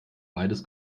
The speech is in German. beides